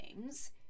names